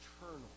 eternal